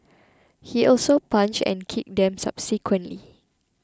he also punched and kicked them subsequently